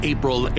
April